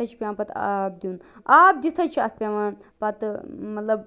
حظ چھُ پیٚوان پتہٕ آب دیٛن آب دِتھ حظ چھُ اَتھ پیٚوان پتہٕ مطلب